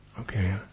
okay